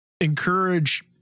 encourage